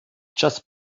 just